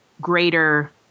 greater